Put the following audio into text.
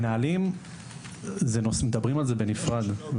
על מנהלים מדברים בנפרד.